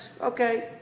Okay